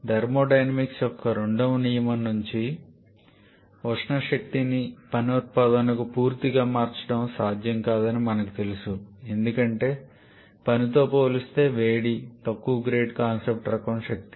thermodynamics యొక్క రెండవ నియమం నుండి ఉష్ణ శక్తిని పని ఉత్పాదనకు పూర్తిగా మార్చడం సాధ్యం కాదని మనకు తెలుసు ఎందుకంటే పనితో పోలిస్తే వేడి తక్కువ గ్రేడ్ కాన్సెప్ట్ రకం శక్తి